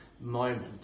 moment